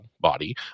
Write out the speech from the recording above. body